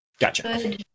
Gotcha